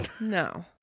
No